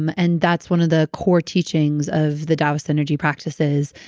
um and that's one of the core teachings of the taoist energy practices.